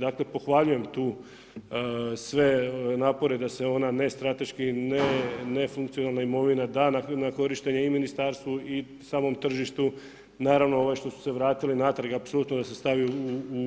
Dakle pohvaljujem tu sve napore da se ona ne strateški, ne funkcionalna imovina da na korištenje i ministarstvu i samom tržištu. naravno ove što su se vratile natrag da se stave u